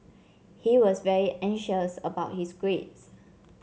he was very anxious about his grades